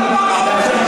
הזה.